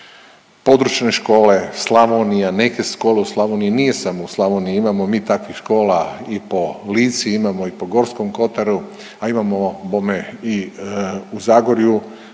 područne škole Slavonija, neke škole u Slavoniji nije samo u Slavoniji imamo mi takvih škola i po Lici, imamo i po Gorskom kotaru, a imamo bome i u Zagorju.